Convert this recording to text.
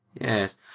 Yes